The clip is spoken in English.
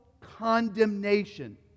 condemnation